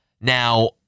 Now